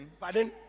pardon